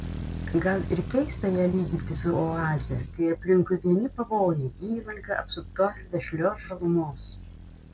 gal ir keista ją lyginti su oaze kai aplinkui vieni pavojai įlanka apsupta vešlios žalumos